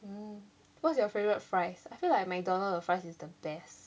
mm what's your favorite fries I feel like mcdonald the fries is the best